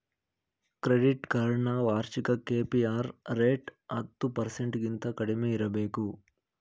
credit card ನ ವಾರ್ಷಿಕ KPR rate ಹತ್ತು ಪರ್ಸೆಂಟಗಿಂತ ಕಡಿಮೆ ಇರಬೇಕು